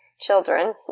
children